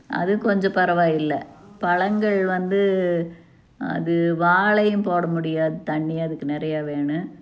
அது கொஞ்சம் பரவாயில்லை பழங்கள் வந்து அது வாழையும் போட முடியாது தண்ணி அதுக்கு நிறையா வேணும்